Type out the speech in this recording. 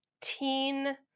teen